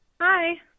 Hi